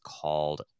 called